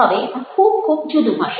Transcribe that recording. હવે આ ખૂબ ખૂબ જુદું હશે